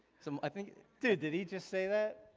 so i mean did did he just say that?